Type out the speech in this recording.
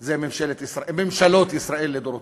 אלה ממשלות ישראל לדורותיהן.